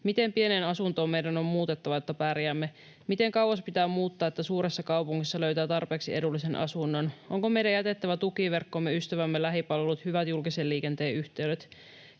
Miten pieneen asuntoon meidän on muutettava, jotta pärjäämme? Miten kauas pitää muuttaa, että suuressa kaupungissa löytää tarpeeksi edullisen asunnon? Onko meidän jätettävä tukiverkkomme, ystävämme, lähipalvelut, hyvät julkisen liikenteen yhteydet?